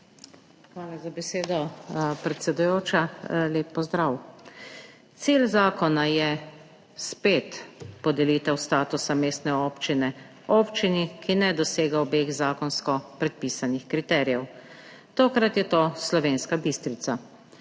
Hvala za besedo, predsedujoča. Lep pozdrav! Cilj zakona je, spet, podelitev statusa mestne občine občini, ki ne dosega obeh zakonsko predpisanih kriterijev. Tokrat je to Slovenska Bistrica.